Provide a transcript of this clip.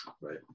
Right